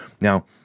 Now